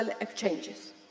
exchanges